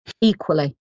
equally